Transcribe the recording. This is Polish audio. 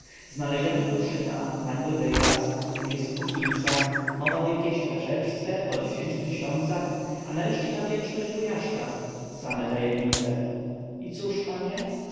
znaleziona kruszyna nagły wyjazd list puckinsa mowa o jakiejś flaszeczce o dziesięciu tysiącach a nareszcie ta wdzięczność wujaszka same tajemnice i cóż panie